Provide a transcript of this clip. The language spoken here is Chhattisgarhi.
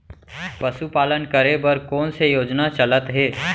पशुपालन करे बर कोन से योजना चलत हे?